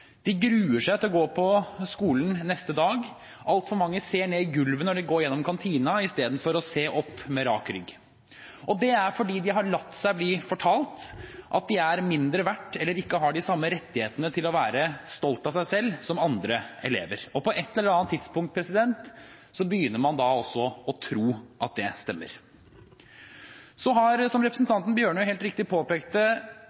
De gruer seg til å gå på skolen neste dag. Altfor mange ser ned i gulvet når de går gjennom kantinen, istedenfor å se opp med rak rygg. Det er fordi de har latt seg bli fortalt at de er mindre verdt eller ikke har de samme rettighetene til å være stolte av seg selv som andre elever, og på et eller annet tidspunkt begynner man også å tro at det stemmer. Som representanten Tynning Bjørnø helt riktig påpekte, har